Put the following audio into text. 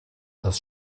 das